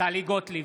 טלי גוטליב,